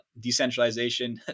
decentralization